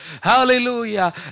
hallelujah